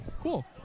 Cool